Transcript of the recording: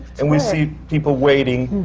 and we see people waiting,